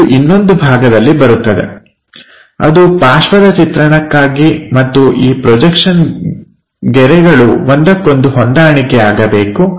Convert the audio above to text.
ಇದು ಇನ್ನೊಂದು ಭಾಗದಲ್ಲಿ ಬರುತ್ತದೆ ಅದು ಪಾರ್ಶ್ವದ ಚಿತ್ರಣಕ್ಕಾಗಿ ಮತ್ತು ಈ ಪ್ರೊಜೆಕ್ಷನ್ ಗೆರೆಗಳು ಒಂದಕ್ಕೊಂದು ಹೊಂದಾಣಿಕೆ ಆಗಬೇಕು